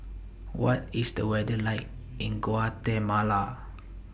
What IS The weather like in Guatemala